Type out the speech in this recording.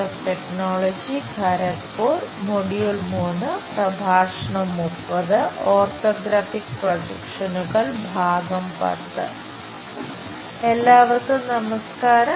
orthographic പ്രൊജക്ഷനുകൾ I എല്ലാവർക്കും നമസ്ക്കാരം